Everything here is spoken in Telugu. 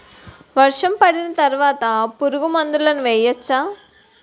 వర్షం పడిన తర్వాత పురుగు మందులను వేయచ్చా?